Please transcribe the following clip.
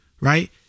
Right